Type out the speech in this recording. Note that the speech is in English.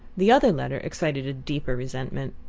the other letter excited deeper resentment.